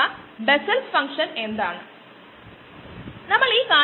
അത് സംഭവിക്കാൻ നമ്മൾ ആഗ്രഹിക്കുന്നില്ല